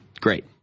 Great